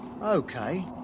Okay